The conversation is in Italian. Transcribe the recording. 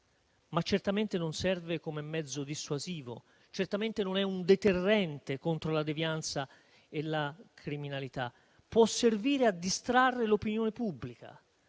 ma certamente non serve come mezzo dissuasivo e certamente non è un deterrente contro la devianza e la criminalità; può servire a distrarre l'opinione pubblica,